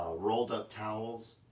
ah rolled up towels,